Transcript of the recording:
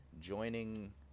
joining